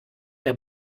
der